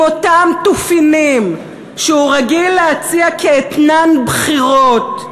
עם אותם תופינים שהוא רגיל להציע כאתנן בחירות,